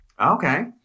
Okay